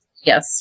Yes